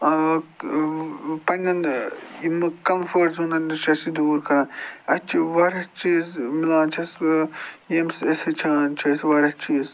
پَنٛنٮ۪ن یِمہٕ کَمفٲٹ زونَن نِش چھِ اَسہِ دوٗر کران اَسہِ چھِ واریاہ چیٖز مِلان چھِ اَسہِ ییٚمہِ سٕے أسۍ ہیٚچھان چھِ أسۍ واریاہ چیٖز